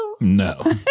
No